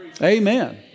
Amen